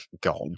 god